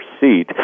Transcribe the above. seat